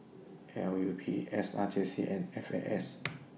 L U P S R J C and F A S